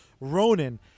Ronan